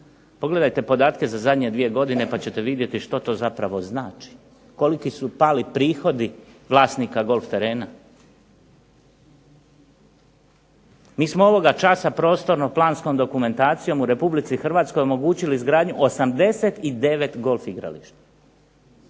Pogledajte podatke za zadnje 2 godine pa ćete vidjeti što to zapravo znači. Koliki su pali prihodi vlasnika golf terena. Mi smo ovoga časa prostorno planskom dokumentacijom u RH omogućili izgradnju 89 golf igrališta.